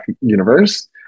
Universe